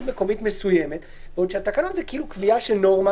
מקומית מסוימת בעוד שהתקנה היא כאילו קביעה של נורמה